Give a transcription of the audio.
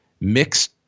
Mixed